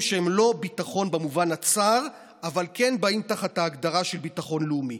שהם לא ביטחון במובן הצר אבל כן באים תחת ההגדרה של ביטחון לאומי.